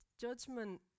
judgment